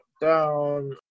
down